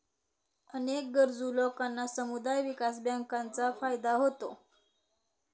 अनेक गरजू लोकांना समुदाय विकास बँकांचा फायदा होतो